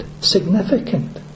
Significant